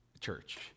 church